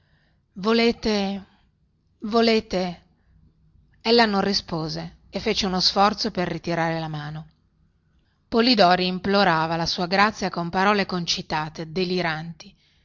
volete volete ella non rispose e fece uno sforzo per ritirare la mano polidori implorava la sua grazia con parole concitate deliranti